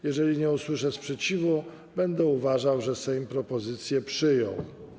Jeżeli nie usłyszę sprzeciwu, będę uważał, że Sejm propozycję przyjął.